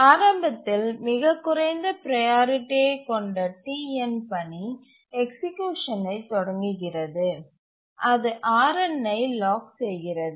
ஆரம்பத்தில் மிகக் குறைந்த ப்ரையாரிட்டியைக் கொண்ட Tn பணி எக்சிக்யூஷனை தொடங்குகிறது அது Rnஐ லாக் செய்கிறது